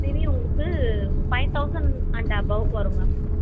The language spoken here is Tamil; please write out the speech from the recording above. மேபி உங்களுக்கு ஃபை தௌசண்ட் அண்ட் அபவ் வரும் மேம்